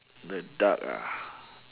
the duck ah